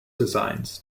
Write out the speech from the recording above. designs